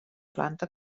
planta